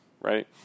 right